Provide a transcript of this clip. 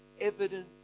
evident